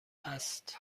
است